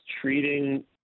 treating